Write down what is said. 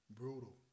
brutal